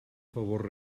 favor